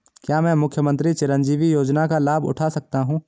क्या मैं मुख्यमंत्री चिरंजीवी योजना का लाभ उठा सकता हूं?